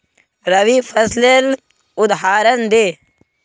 रवि फसलेर उदहारण दे?